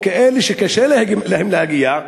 או כאלה שקשה להם להגיע,